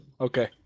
Okay